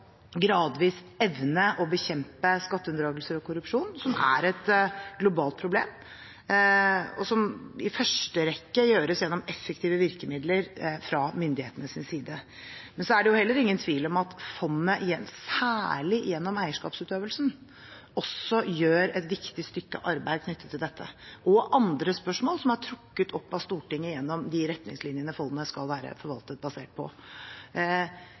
evne å bekjempe skatteunndragelser og korrupsjon, som er globale problem, og som i første rekke gjøres gjennom effektive virkemidler fra myndighetenes side. Men så er det heller ingen tvil om at fondet særlig gjennom eierskapsutøvelsen også gjør et viktig stykke arbeid knyttet til dette og andre spørsmål som er trukket opp av Stortinget gjennom de retningslinjer fondet skal være forvaltet basert på.